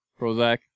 Prozac